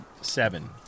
seven